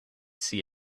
see